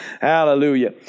Hallelujah